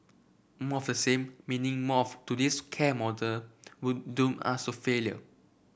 more of the same meaning more of today's care model will doom us so failure